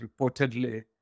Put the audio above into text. reportedly